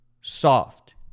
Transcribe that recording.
soft